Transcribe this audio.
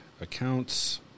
accounts